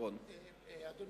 בר-און.